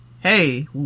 hey